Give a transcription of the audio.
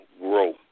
grow